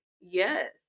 Yes